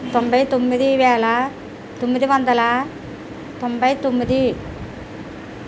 తొంభైతొమ్మిదివేల తొమ్మిదివందల తొంభైతొమ్మిది